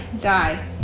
die